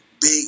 big